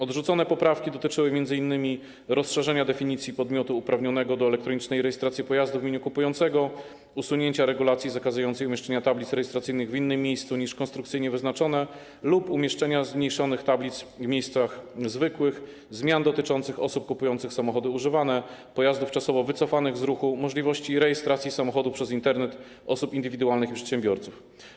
Odrzucone poprawki dotyczyły m.in. rozszerzenia definicji podmiotu uprawnionego do elektronicznej rejestracji pojazdu w imieniu kupującego, usunięcia regulacji zakazującej umieszczenia tablic rejestracyjnych w innym miejscu niż konstrukcyjnie wyznaczone lub umieszczenia zmniejszonych tablic w miejscach zwykłych, zmian dotyczących osób kupujących samochody używane, pojazdów czasowo wycofanych z ruchu, możliwości rejestracji samochodu przez Internet, osób indywidualnych i przedsiębiorców.